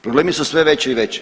Problemi su sve veći i veći.